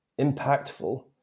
impactful